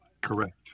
Correct